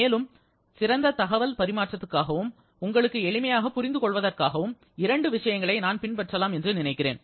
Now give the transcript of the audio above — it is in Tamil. மேலும் சிறந்த தகவல் பரிமாற்றத்துக்காகவும் உங்களுக்கு எளிமையாக புரிந்து கொள்வதற்காகவும் இரண்டு விஷயங்களை நாம் பின்பற்றலாம் என்று நினைக்கிறேன்